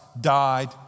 died